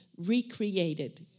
recreated